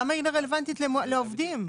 למה היא רלוונטית לעובדים?